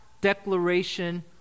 declaration